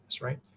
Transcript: right